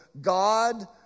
God